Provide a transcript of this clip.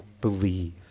believe